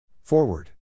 Forward